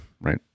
Right